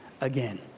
again